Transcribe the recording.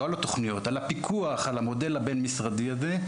לא על התוכניות אבל על הפיקוח של המודל הבין משרדי הזה.